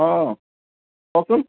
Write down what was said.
অঁ কওকচোন